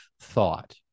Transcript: thought